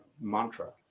mantra